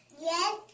Yes